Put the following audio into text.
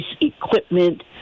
equipment